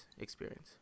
experience